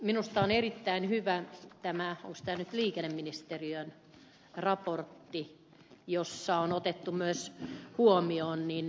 minusta on erittäin hyvä tämä liikenneministeriön raportti jossa on otettu huomioon myös lentoliikenne